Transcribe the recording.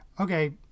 okay